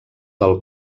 del